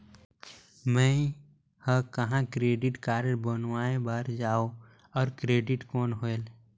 मैं ह कहाँ क्रेडिट कारड बनवाय बार जाओ? और क्रेडिट कौन होएल??